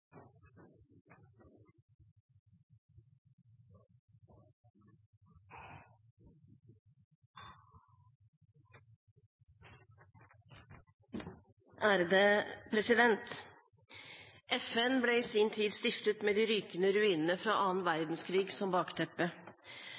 FN ble i sin tid stiftet med de rykende ruinene fra annen